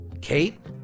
Kate